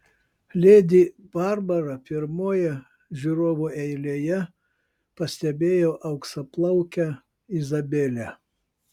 ledi barbara pirmoje žiūrovų eilėje pastebėjo auksaplaukę izabelę